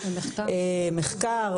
מחקר,